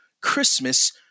Christmas